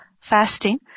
fasting